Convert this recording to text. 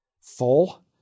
Full